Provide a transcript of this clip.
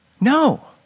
No